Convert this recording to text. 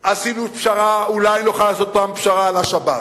עשינו פשרה, אולי נוכל לעשות פעם פשרה על השבת.